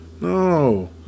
No